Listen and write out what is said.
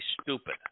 stupid